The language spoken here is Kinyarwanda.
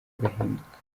agahinduka